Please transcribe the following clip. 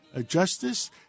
Justice